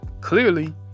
clearly